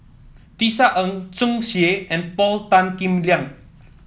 Tisa Ng Tsung Yeh and Paul Tan Kim Liang